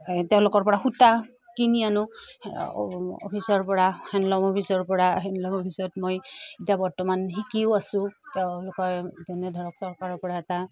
তেওঁলোকৰপৰা সূতা কিনি আনো অফিচৰপৰা হেণ্ডল'ম অফিচৰপৰা হেণ্ডল'ম অফিচত মই এতিয়া বৰ্তমান শিকিও আছো তেওঁলোকে যেনে ধৰক চৰকাৰৰপৰা এটা